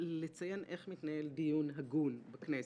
ובמקום שלי יהיה מה להגיד,